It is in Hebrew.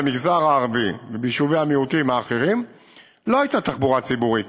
במגזר הערבי וביישובי המיעוטים האחרים לא הייתה תחבורה ציבורית